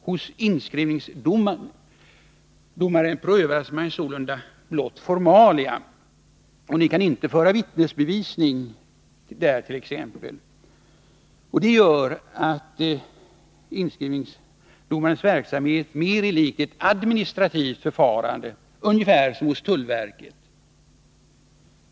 Hos inskrivningsdomaren prövas sålunda blott formalia. Det gårt.ex. inte att föra vittnesbevisning där. Detta gör att inskrivningsdomarens verksamhet mer liknar ett administrativt förfarande — ungefär som hos tullverket.